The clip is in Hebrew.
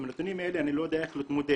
עם נתונים אלה אני לא יודע איך להתמודד